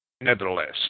nevertheless